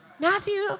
Matthew